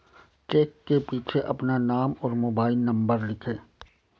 check के पीछे अपना नाम और मोबाइल नंबर लिखें